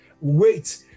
Wait